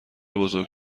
بزرگ